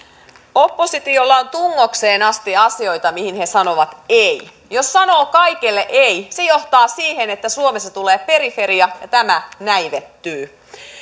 oppositiolla on tungokseen asti asioita mihin he sanovat ei jos sanoo kaikelle ei johtaa se siihen että suomesta tulee periferia ja maa näivettyy